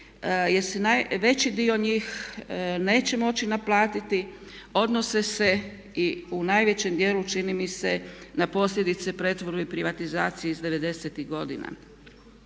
jer se veći dio njih neće moći naplatiti, odnose se i u najvećem dijelu čini mi se na posljedice pretvorbe i privatizacije iz '90.-tih godina.